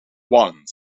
one